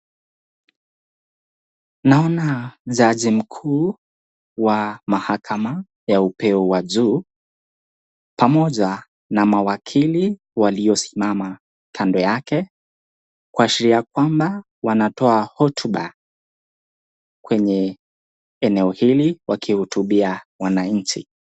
Naona jaji mkuu wa mahakama ya upeo wa juu pamoja na mawakili waliosimama kando yake kuashiria kwamba wanatoa hotuba kwenye eneo hili wakihutubia wananchi.